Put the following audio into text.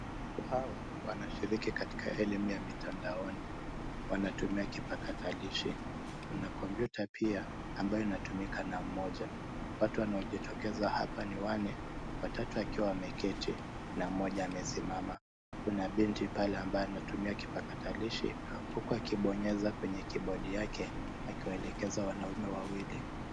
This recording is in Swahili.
Watu hawa wanashiriki katika elimu ya mitandaoni. Wanatumia kipakatalishi. Kuna kompyuta pia ambayo inatumika na mmoja. Watu wanaojitokeza hapa ni wanne, watatu wakiwa wameketi na mmoja amesimama. Kuna binti pale ambaye anatumia kipakatalishi huku akibonyeza kwenye kibodi yake akiwaelekeza wanaume wawili.